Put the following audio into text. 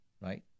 right